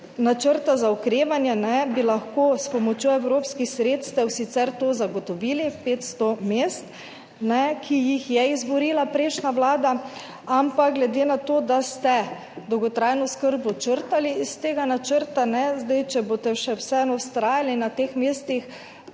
načrta za okrevanje bi lahko s pomočjo evropskih sredstev sicer to zagotovili, 500 mest, ki jih je izborila prejšnja vlada, ampak glede na to, da ste dolgotrajno oskrbo črtali iz tega načrta, če boste še vseeno vztrajali na teh mestih,